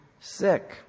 sick